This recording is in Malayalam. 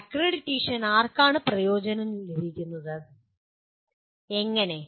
അക്രഡിറ്റേഷൻ ആർക്കാണ് പ്രയോജനം ലഭിക്കുന്നത് എങ്ങനെ